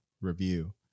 review